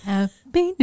Happy